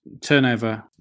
turnover